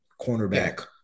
cornerback